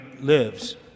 lives